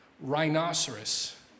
rhinoceros